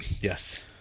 Yes